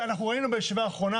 ראינו בישיבה האחרונה,